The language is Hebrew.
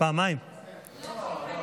לא.